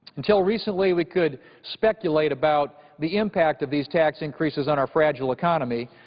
until recently we could speculate about the impact of these tax increases on our fragile economy,